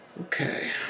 Okay